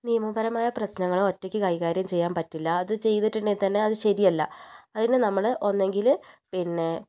നിയമപരമായ പ്രസ്നങ്ങൾ ഒറ്റയ്ക്ക് കൈകാര്യം ചെയ്യാൻ പറ്റില്ല അത് ചെയ്തിട്ടുണ്ടെ തന്നെ അത് ശരിയല്ല അതിന് നമ്മൾ ഒന്നുകിൽ പിന്നെ